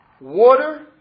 water